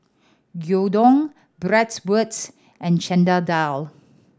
Gyudon Bratwurst and Chana Dal